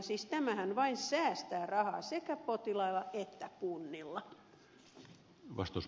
siis tämähän vain säästää rahaa sekä potilailla että kunnilla